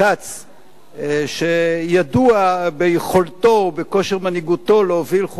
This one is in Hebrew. שידוע ביכולתו ובכושר מנהיגותו להוביל חוקים באופן מהיר,